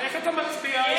איך אתה מצביע היום?